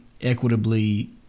equitably